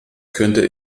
könnte